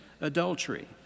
adultery